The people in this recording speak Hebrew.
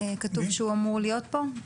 כתוב שהוא אמור להיות פה?